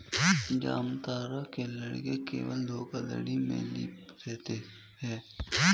जामतारा के लड़के केवल धोखाधड़ी में लिप्त रहते हैं